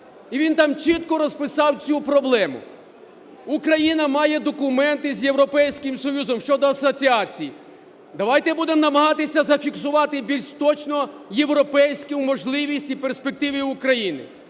І він там чітко розписав цю проблему. Україна має документи з Європейським Союзом щодо асоціації. Давайте будемо намагатися зафіксувати більш точно європейську можливість і перспективи України.